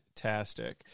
fantastic